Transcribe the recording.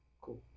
Cool